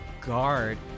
guard